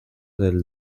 del